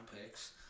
picks